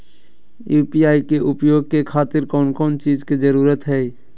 UPI के उपयोग के खातिर कौन कौन चीज के जरूरत है?